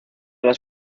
las